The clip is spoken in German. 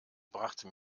brachte